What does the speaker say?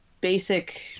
basic